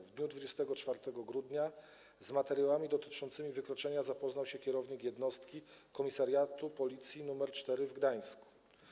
W dniu 24 grudnia z materiałami dotyczącymi wykroczenia zapoznał się kierownik jednostki Komisariatu Policji IV w Gdańsku.